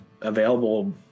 available